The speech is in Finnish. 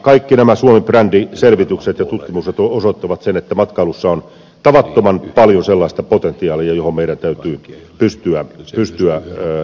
kaikki nämä suomen brändiselvitykset ja tutkimukset osoittavat sen että matkailussa on tavattoman paljon sellaista potentiaalia jota meidän täytyy pystyä edistämään